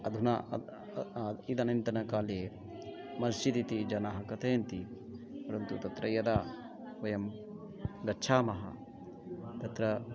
अधुना इदनीन्तनकाले मस्जिद् इति जनाः कथयन्ति परन्तु तत्र यदा वयं गच्छामः तत्र